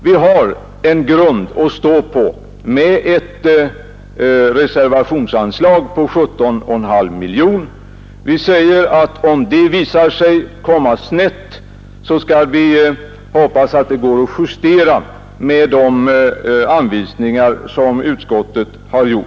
Vi har en grund att stå på med ett reservationsanslag på 17,5 miljoner kronor, och vi säger att om det visar sig komma snett, hoppas vi att det går att justera med de anvisningar som utskottet har givit.